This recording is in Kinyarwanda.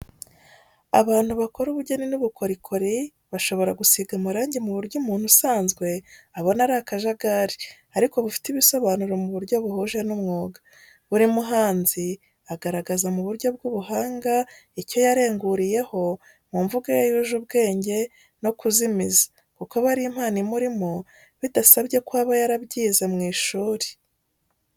Abantu bakora ubugeni n'ubukorikori bashobora gusiga amarangi mu buryo umuntu usanzwe abona ari akajagari, ariko bufite ibisobanuro mu buryo buhuje n'umwuga. Buri muhanzi agaragaza mu buryo bw'ubuhanga icyo yarenguriyeho, mu mvugo ye yuje ubwenge no kuzimiza kuko aba ari impano imurimo, bidasabye ko aba yarabyize mu ishuri.